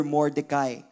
Mordecai